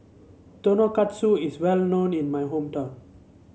tonkatsu is well known in my hometown